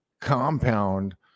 compound